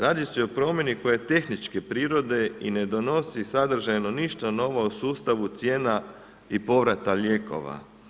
Radi se o promjeni koja je tehničke primjene i ne donosi sadržajno ništa novo o sustavu cijena i povrata lijekova.